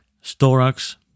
storax